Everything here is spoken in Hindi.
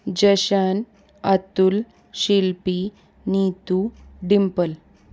जशन अतुल शिल्पी नीतू डिम्पल